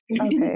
Okay